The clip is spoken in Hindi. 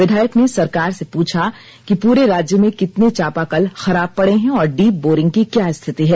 विधायक ने सरकार से पूछा कि पूरे राज्य में कितने चापाकल खराब पड़े हैं और डीप बोरिंग की क्या स्थिति है